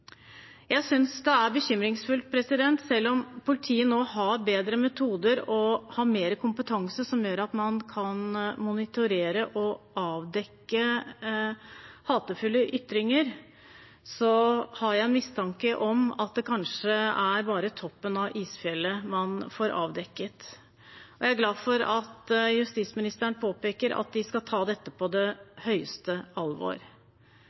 Jeg synes det er bekymringsfullt. Selv om politiet nå har bedre metoder og høyere kompetanse som gjør at man kan monitorere og avdekke hatefulle ytringer, har jeg en mistanke om at det kanskje bare er toppen av isfjellet man får avdekket. Jeg er glad for at justisministeren påpeker at vi skal ta dette på det største alvor.